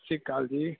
ਸਤਿ ਸ਼੍ਰੀ ਅਕਾਲ ਜੀ